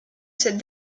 cette